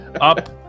up